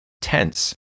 tense